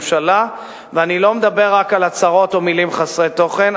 הממשלה." ואני לא מדבר רק על הצהרות או מלים חסרות תוכן.